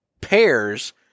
pairs